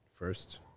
first